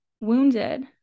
wounded